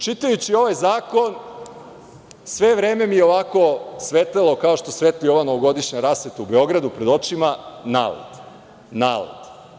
Čitajući ovaj zakon, sve vreme mi je ovako svetlelo, kao što svetli ova novogodišnja rasveta u Beogradu, pred očima, NALED, NALED.